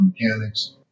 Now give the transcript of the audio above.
mechanics